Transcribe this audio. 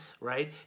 right